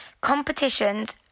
competitions